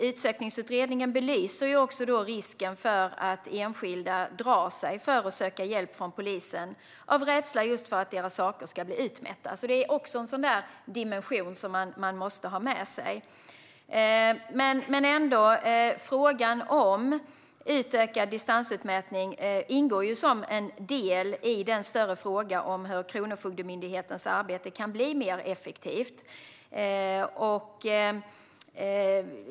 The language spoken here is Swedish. Utsökningsutredningen belyser också risken för att enskilda drar sig för att söka hjälp från polisen av rädsla för att deras saker ska bli utmätta. Även det är en dimension som man måste ha med sig. Frågan om utökad distansutmätning ingår ändå som en del i den större frågan om hur Kronofogdemyndighetens arbete kan bli mer effektivt.